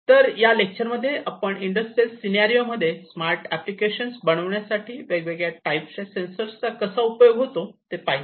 तर या लेक्चरमध्ये आपण इंडस्ट्रियल सिनॅरिओ मध्ये स्मार्ट ऍप्लिकेशन्स बनविण्यासाठी वेगवेगळ्या टाईपच्या सेन्सर्स चा कसा उपयोग होतो ते पाहिले